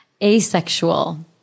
asexual